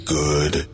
good